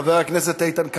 חבר הכנסת איתן כבל,